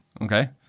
okay